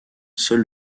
seul